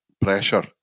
pressure